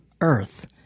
earth